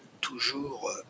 toujours